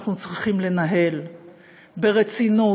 אנחנו צריכים לנהל ברצינות,